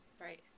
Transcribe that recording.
Right